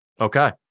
Okay